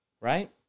right